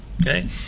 okay